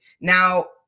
now